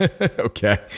Okay